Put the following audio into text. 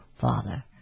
Father